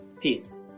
Peace